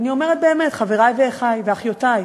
אני אומרת באמת: חברי ואחי ואחיותי,